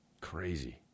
Crazy